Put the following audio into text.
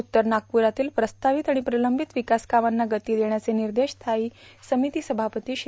उत्तर बागप्रातील प्रस्तावित आणि प्रलंबित विकासकामांना गती देण्याचे विर्देश स्वायी समिती सभापती श्री